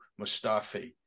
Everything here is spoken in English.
Mustafi